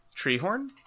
Treehorn